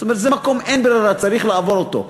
זאת אומרת, זה מקום, אין ברירה, צריך לעבור אותו.